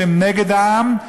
שהם נגד העם,